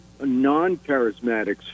non-charismatics